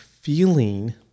feeling